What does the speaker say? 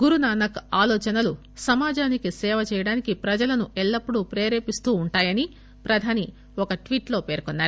గురునానక్ ఆలోచనలు సమాజానికి సేవ చేయడానికి ప్రజలను ఎల్లప్పుడు ప్రేరేపిస్తూ ఉంటాయని ప్రధాని ఒక ట్పీట్ లో పేర్కొన్సారు